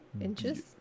inches